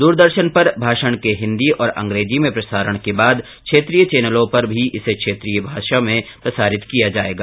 दूरदर्शन पर भाषण के हिन्दी और अंग्रेजी में प्रसारण के बाद क्षेत्रीय चैनलों पर भी इसे क्षेत्रीय भाषा में प्रसारित किया जायेगा